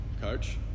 coach